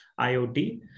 iot